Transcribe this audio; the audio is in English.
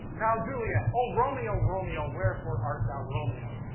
now juliet o romeo, romeo! wherefore art thou romeo?